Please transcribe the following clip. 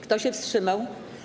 Kto się wstrzymał?